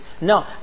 no